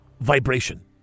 vibration